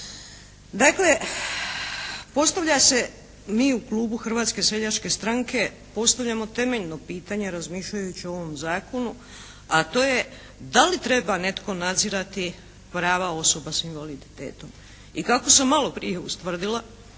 Dakle, postavlja se, mi u klubu Hrvatske seljačke stranke postavljamo temeljno pitanje razmišljajući o ovom Zakonu, a to je da li treba netko nadzirati prava osoba s invaliditetom i kako sam maloprije ustvrdila,